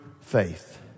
faith